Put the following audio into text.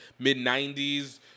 mid-'90s